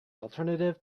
alternative